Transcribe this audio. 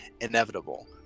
inevitable